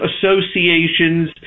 associations